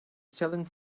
selling